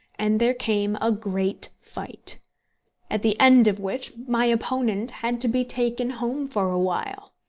and there came a great fight at the end of which my opponent had to be taken home for a while.